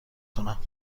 کنم